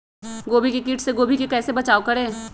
गोभी के किट से गोभी का कैसे बचाव करें?